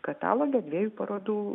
kataloge dviejų parodų